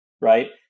right